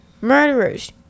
murderers